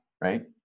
right